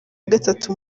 gatatu